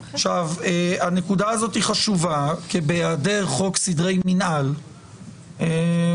הנקודה הזאת היא חשובה כי בהיעדר חוק סדרי מינהל אפשר